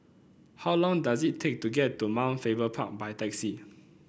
how long does it take to get to Mount Faber Park by taxi